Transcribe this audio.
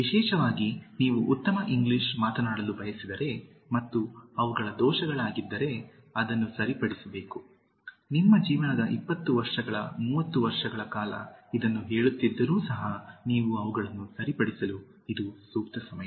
ವಿಶೇಷವಾಗಿ ನೀವು ಉತ್ತಮ ಇಂಗ್ಲಿಷ್ ಮಾತನಾಡಲು ಬಯಸಿದರೆ ಮತ್ತು ಅವುಗಳು ದೋಷಗಳಾಗಿದ್ದರೆ ಅದನ್ನು ಸರಿಪಡಿಸಬೇಕು ನಿಮ್ಮ ಜೀವನದ 20 ವರ್ಷಗಳ 30 ವರ್ಷಗಳ ಕಾಲ ಇದನ್ನು ಹೇಳುತ್ತಿದ್ದರೂ ಸಹ ನೀವು ಅವುಗಳನ್ನು ಸರಿಪಡಿಸಲು ಇದು ಸೂಕ್ತ ಸಮಯ